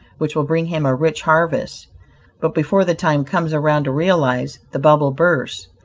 which will bring him a rich harvest but before the time comes around to realize, the bubble bursts,